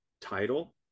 title